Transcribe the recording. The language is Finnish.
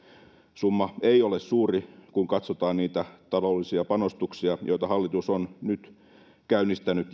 summa ei ole suuri kun katsotaan niitä taloudellisia panostuksia joita hallitus on nyt käynnistänyt